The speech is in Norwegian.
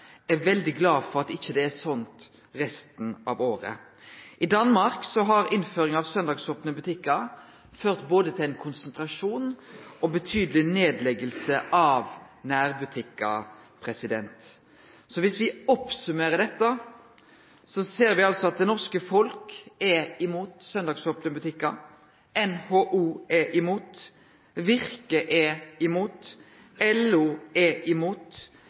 er veldig glade for at det ikkje er sånn resten av året. I Danmark har innføring av søndagsopne butikkar ført både til ein konsentrasjon og til betydeleg nedlegging av nærbutikkar. Viss me summerer opp dette, ser me at det norske folk er imot søndagsopne butikkar, NHO er